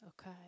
Okay